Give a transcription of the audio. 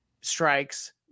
strikes